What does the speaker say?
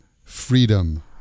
freedom